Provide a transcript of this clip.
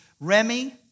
Remy